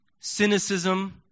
cynicism